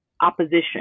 opposition